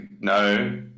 no